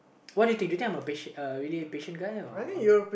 what do you think do you think I'm a patient uh really patient guy or